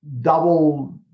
double